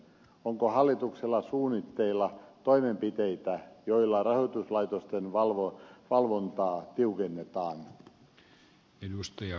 onko hallituksella suunnitteilla toimenpiteitä joilla rahoituslaitosten valvontaa tiukennetaan